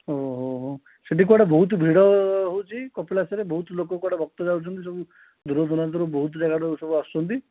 ଓହୋ ହଉ ହଉ ସେଠି କୁଆଡ଼େ ବହୁତ ଭିଡ଼ ହେଉଛି କପିଳାସରେ ବହୁତ ଲୋକ କୁଆଡ଼େ ଭକ୍ତ ଯାଉଛନ୍ତି ସବୁ ଦୂରଦୂରାନ୍ତରୁ ବହୁତ ଜାଗାରୁ ସବୁ ଆସୁଛନ୍ତି